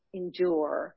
endure